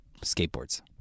Skateboards